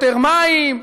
יותר מים?